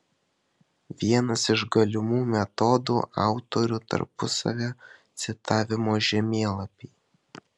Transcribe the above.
vienas iš galimų metodų autorių tarpusavio citavimo žemėlapiai